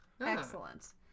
Excellent